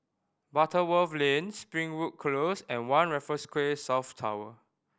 Butterworth Lane Springwood Close and One Raffles Quay South Tower